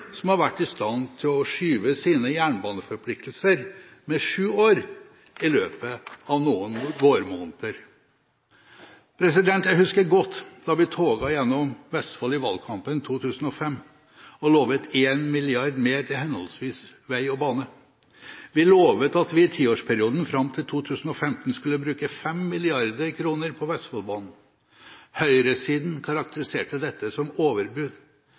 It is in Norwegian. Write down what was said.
som har vært i stand til å skyve sine jernbaneforpliktelser med sju år i løpet av noen vårmåneder. Jeg husker godt da vi toget gjennom Vestfold i valgkampen 2005 og lovet 1 mrd. kr mer til henholdsvis vei og bane. Vi lovet at vi i tiårsperioden fram til 2015 skulle bruke 5 mrd. kr på Vestfoldbanen. Høyresiden karakteriserte dette som overbud.